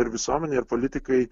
ir visuomenė ir politikai